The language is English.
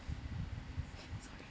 sorry